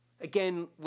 again